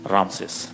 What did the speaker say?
Ramses